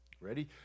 Ready